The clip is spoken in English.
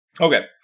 okay